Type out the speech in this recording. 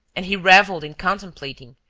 and he revelled in contemplating,